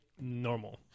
normal